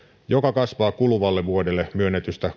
joka kasvaa kuluvalle vuodelle myönnetystä